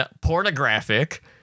pornographic